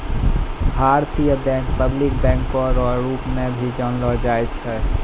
भारतीय bank public बैंको रो रूप मे भी जानलो जाय छै